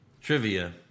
Trivia